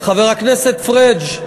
חבר הכנסת פריג',